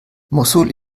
mossul